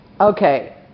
okay